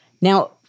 Now